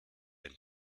ein